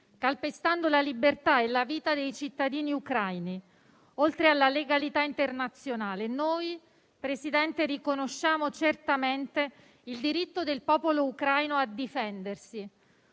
calpestando la libertà e la vita dei cittadini ucraini, oltre che la legalità internazionale, noi, Presidente, riconosciamo certamente il diritto del popolo ucraino a difendersi,